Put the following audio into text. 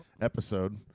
episode